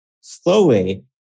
slowly